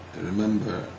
remember